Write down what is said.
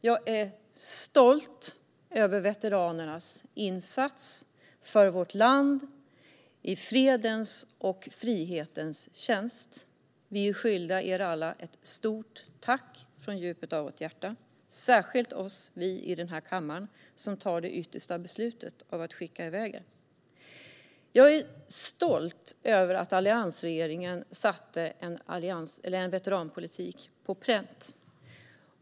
Jag är stolt över veteranernas insats för vårt land, i fredens och frihetens tjänst. Vi är skyldiga er alla ett stort tack från djupet av våra hjärtan, särskilt vi som sitter i denna kammare och som tar det yttersta beslutet att skicka iväg er. Jag är stolt över att alliansregeringen satte en veteranpolitik på pränt.